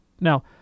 Now